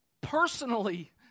personally